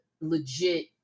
legit